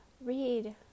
read